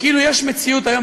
כאילו יש מציאות היום,